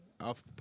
off